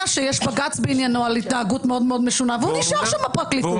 שיש בג"ץ בעניינו על התנהגות מאוד-מאוד משונה והוא נשאר בפרקליטות,